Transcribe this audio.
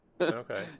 Okay